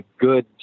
good